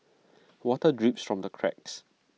water drips from the cracks